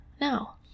now